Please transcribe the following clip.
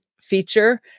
feature